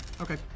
Okay